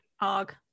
arg